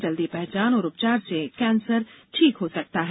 जल्दी पहचान और उपचार से कैंसर ठीक हो सकता है